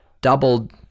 doubled